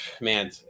man